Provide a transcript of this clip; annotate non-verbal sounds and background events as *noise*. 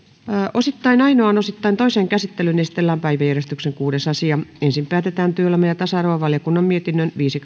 osittain ainoaan osittain toiseen käsittelyyn esitellään päiväjärjestyksen kuudes asia ensin päätetään työelämä ja tasa arvovaliokunnan mietinnön viisi *unintelligible*